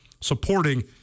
supporting